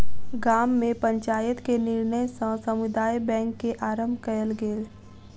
गाम में पंचायत के निर्णय सॅ समुदाय बैंक के आरम्भ कयल गेल